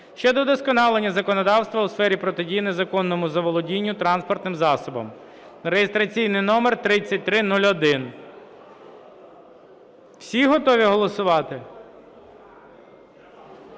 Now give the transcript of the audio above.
щодо удосконалення законодавства у сфері протидії незаконному заволодінню транспортним засобом (реєстраційний номер 3301). Всі готові голосувати?